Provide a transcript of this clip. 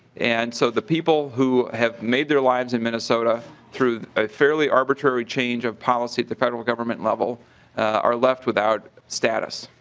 and so the people who have made their lives in minnesota through ah fairly arbitrary change of policy the federal government level i left without status.